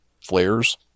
Flares